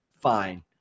fine